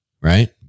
right